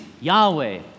Yahweh